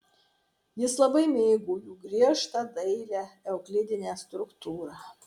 jis labai mėgo jų griežtą dailią euklidinę struktūrą